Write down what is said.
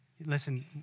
Listen